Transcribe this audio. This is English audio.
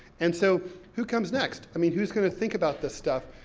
and so who comes next? i mean, who's going to think about this stuff?